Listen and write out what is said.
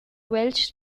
welsh